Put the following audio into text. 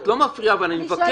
את לא מפריעה אבל אני מבקש.